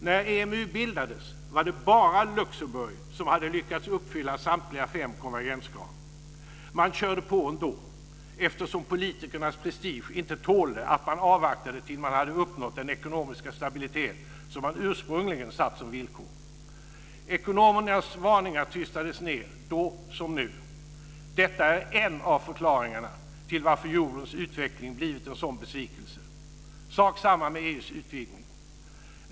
När EMU bildades var det bara Luxemburg som hade lyckats uppfylla samtliga fem konvergenskrav. Man körde på ändå, eftersom politikernas prestige inte tålde att man avvaktade tills man hade uppnått den ekonomiska stabilitet som man ursprungligen satt som villkor. Ekonomernas varningar tystades ned då som nu. Det är en av förklaringarna till att eurons utveckling blivit en sådan besvikelse. Det är samma sak med EU:s utvidgning.